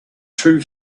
two